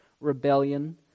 rebellion